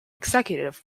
executive